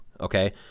okay